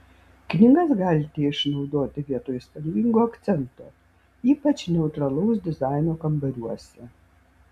knygas galite išnaudoti vietoj spalvingo akcento ypač neutralaus dizaino kambariuose